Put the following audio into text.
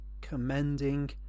commending